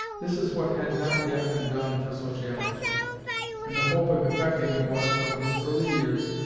this is what had not yet been done for sociology and the hope of effecting it was, from his early years,